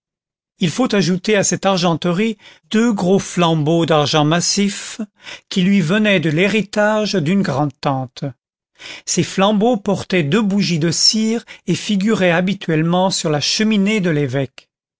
il faut ajouter à cette argenterie deux gros flambeaux d'argent massif qui lui venaient de l'héritage d'une grand'tante ces flambeaux portaient deux bougies de cire et figuraient habituellement sur la cheminée de l'évêque